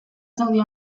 saudi